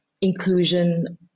inclusion